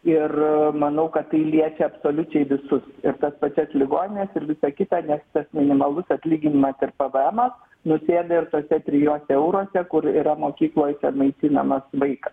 ir manau kad tai liečia absoliučiai visus ir tas pačias ligonines ir visa kita nes tas minimalus atlyginimas ir pvemas nusėda ir tuose trijuose euruose kur yra mokyklojse maitinamas vaikas